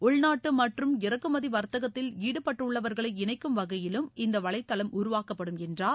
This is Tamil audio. உள்நாட்டு மற்றும் இறக்குமதி வர்த்தகத்தில் ஈடுபட்டுள்ளவர்களை இணைக்கும் வகையிலும் இந்த வலைதளம் உருவாக்கப்படும் என்றார்